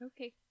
Okay